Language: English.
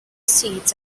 seats